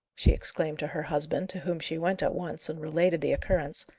she exclaimed to her husband, to whom she went at once and related the occurrence.